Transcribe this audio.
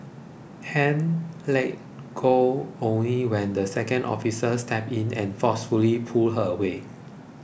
Han let go only when the second officer stepped in and forcefully pulled her away